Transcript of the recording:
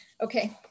Okay